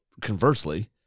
conversely